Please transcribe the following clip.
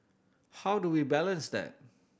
how do we balance that